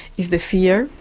it's the fear,